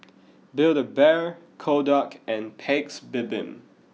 build A Bear Kodak and Paik's Bibim